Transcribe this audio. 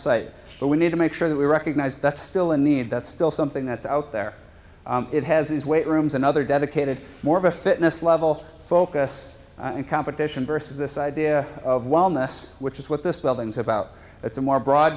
site but we need to make sure that we recognize that's still a need that's still something that's out there it has these weight rooms and other dedicated more of a fitness level focus and competition versus this idea of wellness which is what this building's about it's a more broad